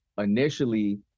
initially